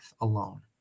alone